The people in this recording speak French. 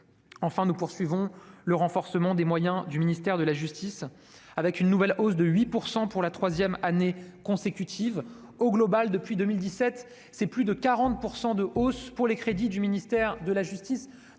Enfin, nous poursuivons le renforcement des moyens du ministère de la justice, avec une nouvelle hausse des crédits de 8 % pour la troisième année consécutive. Au total, depuis 2017, la hausse des crédits du ministère de la justice